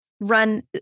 run